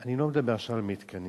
אני לא מדבר עכשיו על מתקנים.